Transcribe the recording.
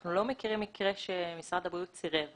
אנחנו לא מכירים מקרה שמשרד הבריאות סירב